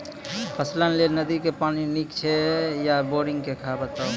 फसलक लेल नदी के पानि नीक हे छै या बोरिंग के बताऊ?